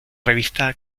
revista